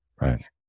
Right